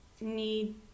need